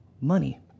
money